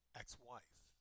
ex-wife